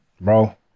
Bro